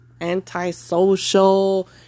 Anti-social